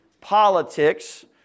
politics